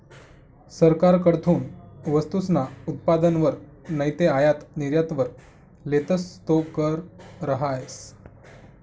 सरकारकडथून वस्तूसना उत्पादनवर नैते आयात निर्यातवर लेतस तो कर रहास